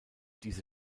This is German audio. diese